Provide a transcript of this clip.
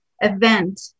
event